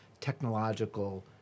technological